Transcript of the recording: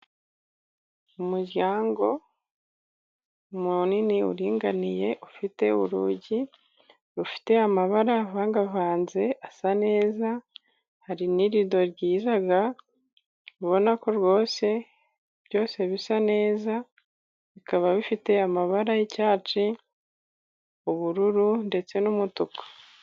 Umuryango munini uringaniye, ufite urugi rufite amabara avangagavanze ,asa neza hari n'irido ryiza ubona ko rwose byose bisa neza, bikaba bifite amabara y'icyatsi ubururu ndetse n'umutuku.